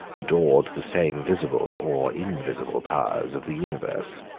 adored the same visible or invisible powers of the universe.